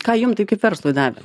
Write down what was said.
ką jum tai kaip verslui davė